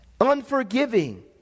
Unforgiving